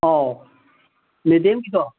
ꯑꯧ ꯃꯦꯗꯤꯌꯝꯒꯤꯗꯣ